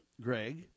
Greg